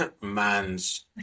man's